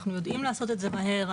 אנחנו יודעים לעשות את זה מהר,